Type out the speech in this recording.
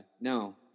no